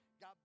God